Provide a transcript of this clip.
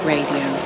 Radio